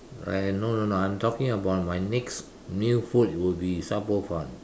I no no no I'm talking about my next new food will be Sha-Bo-Fan